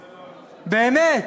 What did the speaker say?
באמת,